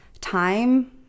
time